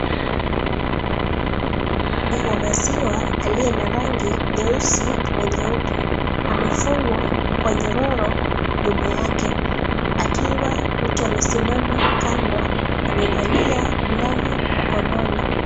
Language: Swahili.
Ng'ombe wa maziwa aliye na rangi nyeusi na nyeupe amefungwa kwa nyororo nyuma yake akiwa mtu amesimama kando amevalia glovu mkononi.